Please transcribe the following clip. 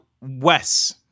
Wes